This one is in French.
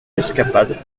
escapade